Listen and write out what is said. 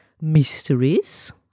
Mysteries